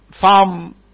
farm